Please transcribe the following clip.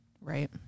right